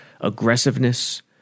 aggressiveness